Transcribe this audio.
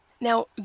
Now